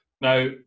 Now